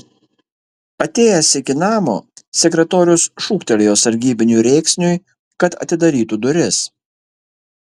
atėjęs iki namo sekretorius šūktelėjo sargybiniui rėksniui kad atidarytų duris